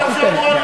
משה גפני, אל תיתן.